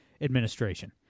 administration